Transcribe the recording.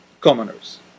commoners